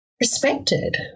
respected